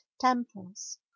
temples